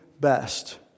best